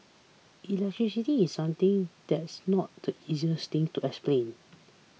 electricity is something that's not the easiest thing to explain